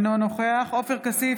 אינו נוכח עופר כסיף,